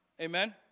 Amen